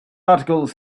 articles